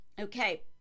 Okay